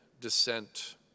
descent